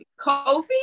Kofi